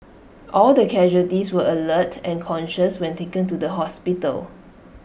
all the casualties were alert and conscious when taken to the hospital